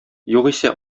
югыйсә